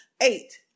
Eight